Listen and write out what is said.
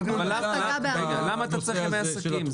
למה 14 ימי עסקים?